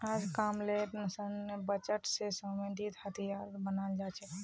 अजकामलेर सैन्य बजट स स्वदेशी हथियारो बनाल जा छेक